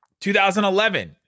2011